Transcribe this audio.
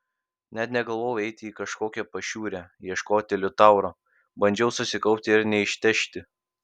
net negalvojau eiti į kažkokią pašiūrę ieškoti liutauro bandžiau susikaupti ir neištežti